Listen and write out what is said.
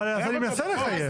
אז אני מנסה לחייב.